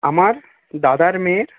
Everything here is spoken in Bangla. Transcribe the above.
আমার দাদার মেয়ের